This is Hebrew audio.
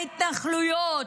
ההתנחלויות,